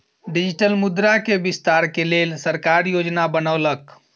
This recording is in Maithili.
डिजिटल मुद्रा के विस्तार के लेल सरकार योजना बनौलक